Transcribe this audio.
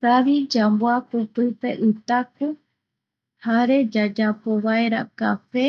Ikavi yamboaku pipe itaku jare yayapo vaera café,